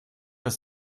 ist